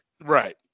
Right